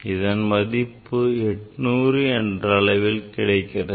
அதன் மதிப்பு 900 என்ற அளவில் கிடைக்கிறது